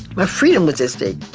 my freedom was at stake.